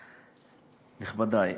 נכבדי,